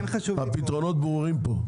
הפתרונות ברורים פה.